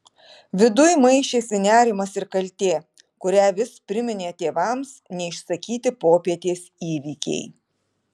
viduj maišėsi nerimas ir kaltė kurią vis priminė tėvams neišsakyti popietės įvykiai